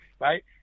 Right